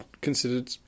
considered